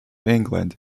england